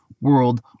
world